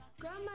grandma